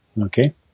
okay